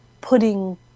putting